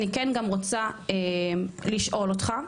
אני כן גם רוצה לשאול אותך,